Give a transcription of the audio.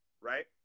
right